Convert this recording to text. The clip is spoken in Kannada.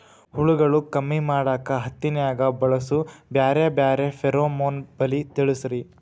ಹುಳುಗಳು ಕಮ್ಮಿ ಮಾಡಾಕ ಹತ್ತಿನ್ಯಾಗ ಬಳಸು ಬ್ಯಾರೆ ಬ್ಯಾರೆ ತರಾ ಫೆರೋಮೋನ್ ಬಲಿ ತಿಳಸ್ರಿ